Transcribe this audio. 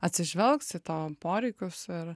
atsižvelgs į tavo poreikius ir